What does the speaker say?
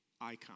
icon